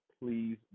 please